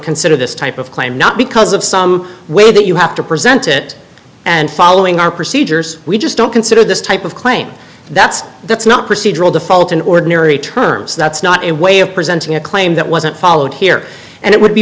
consider this type of claim not because of some way that you have to present it and following our procedures we just don't consider this type of claim that's that's not procedural default in ordinary terms that's not a way of presenting a claim that wasn't followed here and it would be